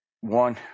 one